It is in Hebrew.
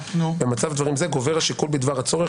במצב דברים זה גובר השיקול בדבר הצורך